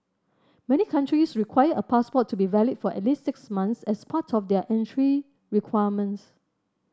many countries require a passport to be valid for at least six months as part of their entry requirements